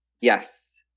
Yes